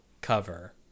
cover